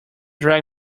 drag